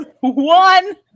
one